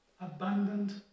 abandoned